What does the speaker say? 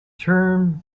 term